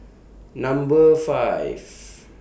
Number five